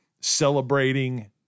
celebrating